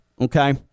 okay